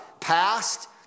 Past